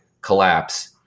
collapse